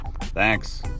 Thanks